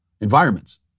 environments